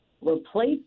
replace